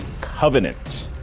Covenant